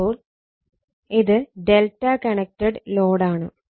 അപ്പോൾ ഇത് ∆ connected load ആണ്